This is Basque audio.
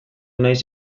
naiz